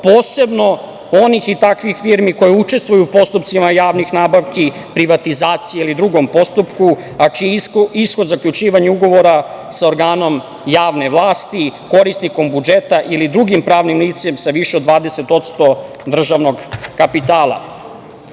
posebno onih i takvih firmi koje učestvuju u postupcima javnih nabavki, privatizacije ili drugom postupku, a čiji ishod zaključivanja ugovora sa organom javne vlasti, korisnikom budžeta ili drugim pravnim licem sa više od 20% državnog kapitala. Sve